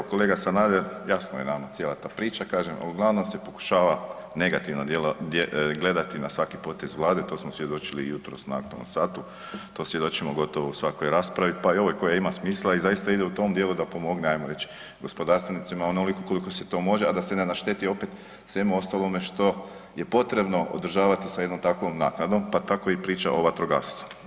Pa kolega Sanader, jasna je nama cijela ta priča, kažem, uglavnom se pokušava negativno gledati na svaki potez Vlade, to smo svjedočili jutros na aktualnom satu, to svjedočimo u gotovo svakoj raspravi pa i ovoj koja ima smisla i zaista ide u tom djelu da pomogne ajmo reći gospodarstvenicima onoliko koliko se to može a da se ne našteti opet svemu ostalome što je potrebno održavati sa jednom takvom naknadom pa tako i priča o vatrogastvu.